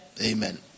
Amen